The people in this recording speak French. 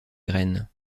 graine